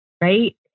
Right